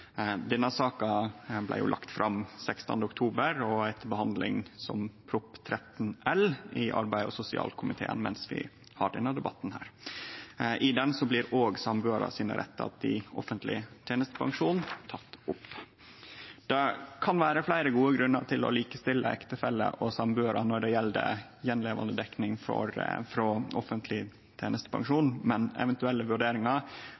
Denne saka blei lagd fram 16. oktober og er til behandling som Prop. 13 L for 2020–2021 i arbeids- og sosialkomiteen mens vi har denne debatten. I proposisjonen blir òg rettane for sambuarar til offentleg tenestepensjon tekne opp. Det kan vere fleire gode grunnar til å likestille ektefeller og sambuarar når det gjeld attlevandedekning frå offentleg tenestepensjon, men eventuelle vurderingar